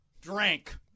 drank